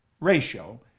ratio